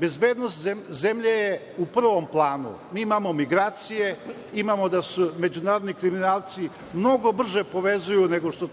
bezbednost zemlje je u prvom planu. Mi imamo migracije, imamo da su međunarodni kriminalci mnogo brže povezuju nego što